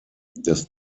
des